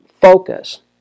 Focus